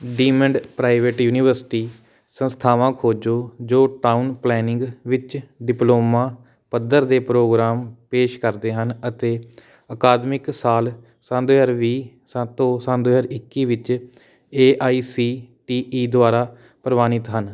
deemed private university ਸੰਸਥਾਵਾਂ ਖੋਜੋ ਜੋ ਟਾਊਨ ਪਲੈਨਿੰਗ ਵਿੱਚ ਡਿਪਲੋਮਾ ਪੱਧਰ ਦੇ ਪ੍ਰੋਗਰਾਮ ਪੇਸ਼ ਕਰਦੇ ਹਨ ਅਤੇ ਅਕਾਦਮਿਕ ਸਾਲ ਸੰਨ ਦੋ ਹਜ਼ਾਰ ਵੀਹ ਤੋਂ ਸੰਨ ਦੋ ਹਜ਼ਾਰ ਇੱਕੀ ਵਿੱਚ A I C T E ਦੁਆਰਾ ਪ੍ਰਵਾਨਿਤ ਹਨ